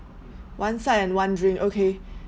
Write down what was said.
one side and one drink okay